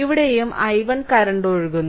ഇവിടെയും i1 current ഒഴുകുന്നു